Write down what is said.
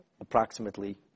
approximately